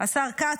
השר כץ,